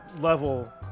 level